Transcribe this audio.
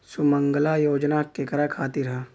सुमँगला योजना केकरा खातिर ह?